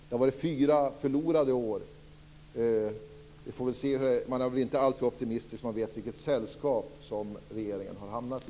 Det har varit fyra förlorade år, och man är väl inte alltför optimistisk när man vet vilket sällskap regeringen har hamnat i.